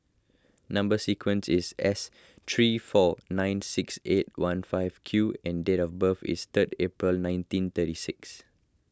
Number Sequence is S three four nine six eight one five Q and date of birth is third April nineteen thirty six